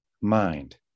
mind